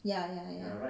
ya ya ya